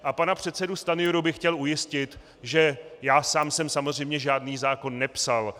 A pana předsedu Stanjuru bych chtěl ujistit, že já sám jsem samozřejmě žádný zákon nepsal.